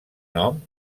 nom